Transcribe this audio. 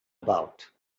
about